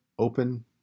open